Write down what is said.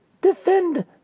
defend